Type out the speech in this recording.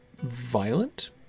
violent